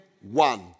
one